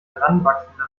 heranwachsende